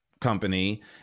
company